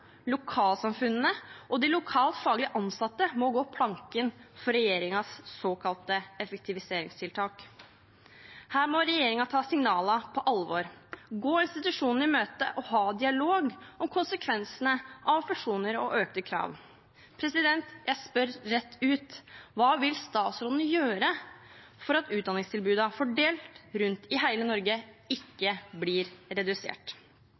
lokalsamfunnene og de lokalt faglig ansatte må gå planken for regjeringens såkalte effektiviseringstiltak. Her må regjeringen ta signalene på alvor, gå institusjonene i møte og ha dialog om konsekvensene av fusjoner og økte krav. Jeg spør rett ut: Hva vil statsråden gjøre for at utdanningstilbudene fordelt rundt i hele Norge ikke blir redusert?